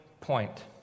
point